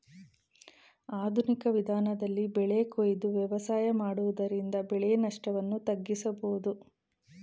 ಆಧುನಿಕ ವಿಧಾನದಲ್ಲಿ ಬೆಳೆ ಕೊಯ್ದು ವ್ಯವಸಾಯ ಮಾಡುವುದರಿಂದ ಬೆಳೆ ನಷ್ಟವನ್ನು ತಗ್ಗಿಸಬೋದು